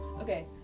okay